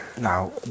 Now